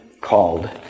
called